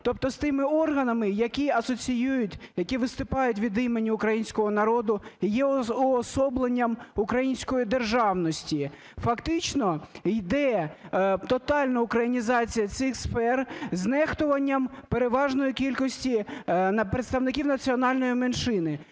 тобто з тими органами, які асоціюють, які виступають від імені українського народу, є уособленням української державності. Фактично йде тотальна українізація цих сфер з нехтуванням переважної кількості представників національних меншин і